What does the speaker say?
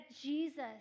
Jesus